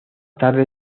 tarde